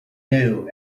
new